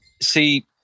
see